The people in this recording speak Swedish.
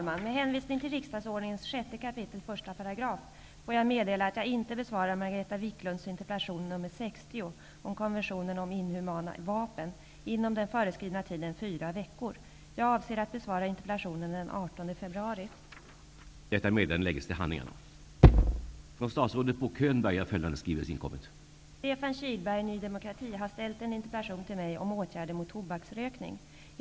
Med hänvisning till riksdagsordningens 6 kap. 1 § får jag meddela att jag inte besvarar Margareta Viklunds interpellation nr 60 om konventionen om inhumana vapen inom den föreskrivna tiden fyra veckor. Jag avser att besvara interpellationen den Stefan Kihlberg har ställt en interpellation till mig om åtgärder mot tobaksrökning.